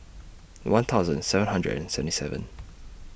one thousand seven hundred and seventy seven